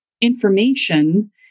information